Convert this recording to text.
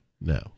No